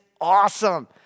awesome